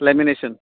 lamination